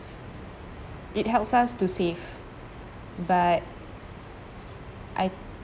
it helps us to save but I